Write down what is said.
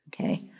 Okay